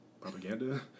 propaganda